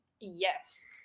yes